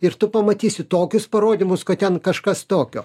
ir tu pamatysi tokius parodymus kad ten kažkas tokio